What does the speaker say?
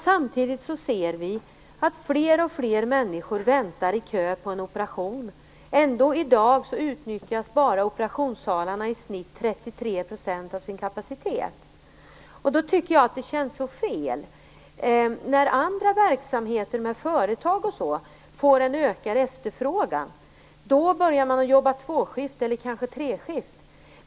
Samtidigt ser vi att alltfler människor väntar i kö för en operation. Ändå utnyttjas i dag bara operationssalarna med i snitt 33 % av sin kapacitet. Det känns så fel. När andra verksamheter i företag och liknande får ökad efterfrågan börjar man att jobba tvåskift eller kanske treskift.